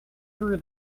threw